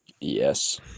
Yes